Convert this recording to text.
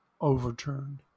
overturned